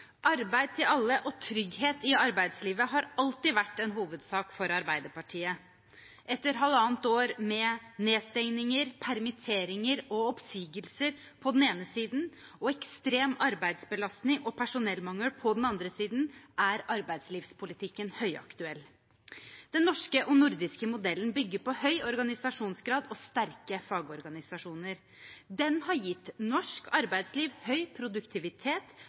trygghet i arbeidslivet har alltid vært en hovedsak for Arbeiderpartiet. Etter halvannet år med nedstengninger, permitteringer og oppsigelser på den ene siden og ekstrem arbeidsbelastning og personellmangel på den andre siden er arbeidslivspolitikken høyaktuell. Den norske og nordiske modellen bygger på høy organisasjonsgrad og sterke fagorganisasjoner. Den har gitt norsk arbeidsliv høy produktivitet